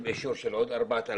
עם אישור של עוד 4,000,